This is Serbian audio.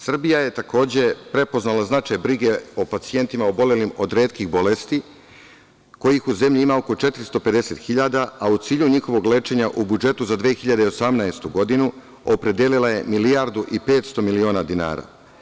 Srbija je takođe prepoznala značaj brige o pacijentima obolelim od retkih bolesti kojih u zemlji ima oko 450 hiljada, a u cilju njihovog lečenja u budžetu za 2018. godinu opredelila je milijardu i 500 miliona dinara.